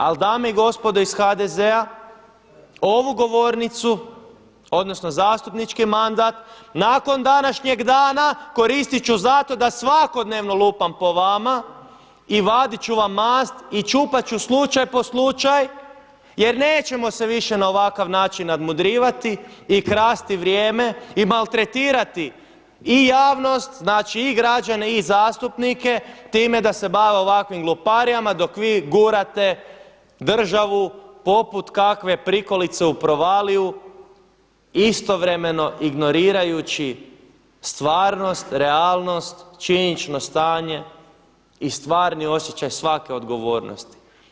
Ali dame i gospodo iz HDZ-a ovu govornicu odnosno zastupnički mandat nakon današnjeg dana koristit ću za to da svakodnevno lupam po vama i vadit ću vam mast i čupat ću slučaj po slučaj, jer nećemo se više na ovakav način nadmudrivati i krasti vrijeme i maltretirati i javnost, znači i građane i zastupnike time da se bave ovakvim gluparijama dok vi gurate državu poput kakve prikolice u provaliju istovremeno ignorirajući stvarnost, realnost, činjenično stanje i stvarni osjećaj svake odgovornosti.